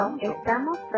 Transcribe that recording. estamos